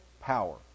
power